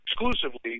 exclusively